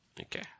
Okay